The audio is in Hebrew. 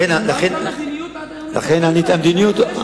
כי לא היתה מדיניות עד היום לטפל בהם,